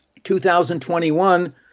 2021